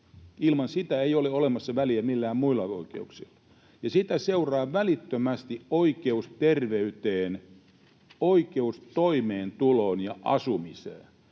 Ilman sitä ei ole väliä millään muilla oikeuksilla, ja sitä seuraa välittömästi oikeus terveyteen, oikeus toimeentuloon ja asumiseen,